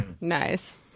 Nice